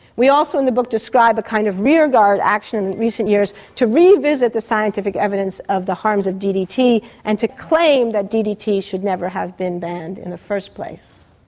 we also in the book describe a kind of rearguard action in recent years to revisit the scientific evidence of the harms of ddt and to claim that ddt should never have been banned in the first place.